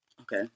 Okay